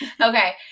Okay